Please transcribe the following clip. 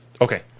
okay